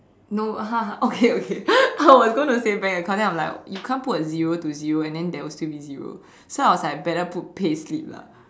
no okay okay I was going to say bank account then I was like you can't put a zero to zero and then there will still be zero so I was like better put payslip lah